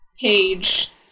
page